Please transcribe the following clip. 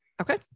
Okay